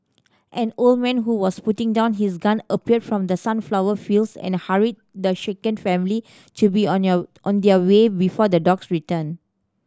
an old man who was putting down his gun appeared from the sunflower fields and hurried the shaken family to be on their on their way before the dogs return